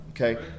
Okay